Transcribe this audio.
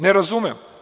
Ne razumem.